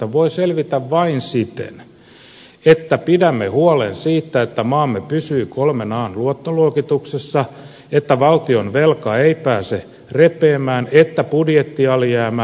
se voi selvitä vain siten että pidämme huolen siitä että maamme pysyy kolmen an luottoluokituksessa että valtionvelka ei pääse repeämään että budjettialijäämä ei repeä